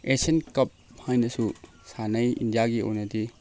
Asian cup ꯍꯥꯏꯅꯁꯨ ꯁꯥꯟꯅꯩ ꯏꯟꯗꯤꯌꯥꯒꯤ ꯑꯣꯏꯅꯗꯤ